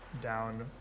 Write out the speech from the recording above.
down